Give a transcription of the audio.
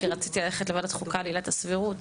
כי רציתי ללכת לוועדת חוקה על עילת הסבירות,